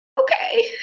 Okay